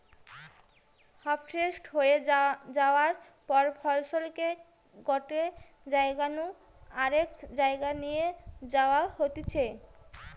harvest হয়ে যায়ার পর ফসলকে গটে জাগা নু আরেক জায়গায় নিয়ে যাওয়া হতিছে